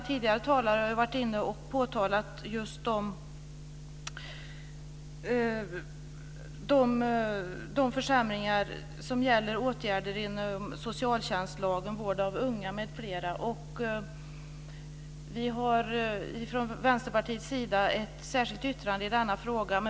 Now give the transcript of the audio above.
Tidigare talare har ju påtalat just de försämringar som rör åtgärder inom socialtjänstlagen, vård av unga m.m. Från Vänsterpartiets sida har vi ett särskilt yttrande i denna fråga.